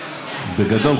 בגדול,